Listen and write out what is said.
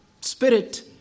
spirit